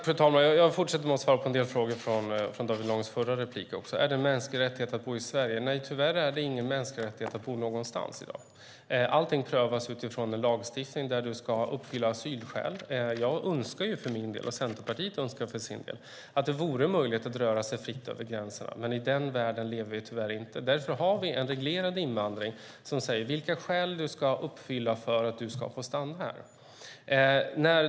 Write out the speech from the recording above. Fru talman! Jag fortsätter att svara på en del frågor från David Långs förra replik. Är det en mänsklig rättighet att bo i Sverige? Nej, tyvärr är det ingen mänsklig rättighet att bo någonstans i dag. Allting prövas utifrån en lagstiftning som innebär att man ska uppfylla asylskäl. Jag och Centerpartiet önskar för vår del att det vore möjligt att röra sig fritt över gränserna, men vi lever tyvärr inte i den världen. Därför har vi en reglerad invandring som säger vilka skäl man ska uppfylla för att få stanna här.